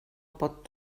pot